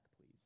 please